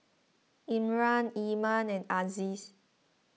Imran Iman and Aziz